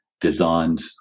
designed